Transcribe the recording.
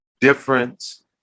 difference